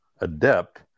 adept